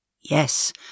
Yes